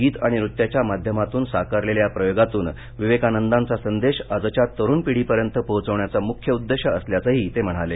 गीत आणि नृत्याच्या माध्यमातून साकारलेल्या या प्रयोगातून विवेकानंदांचा संदेश आजच्या तरुण पिढीपर्यंत पोचवण्याचा मुख्य उद्देश्य असल्याचंही ते म्हणाले